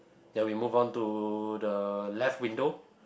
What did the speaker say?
then we move on to the left window